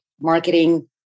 marketing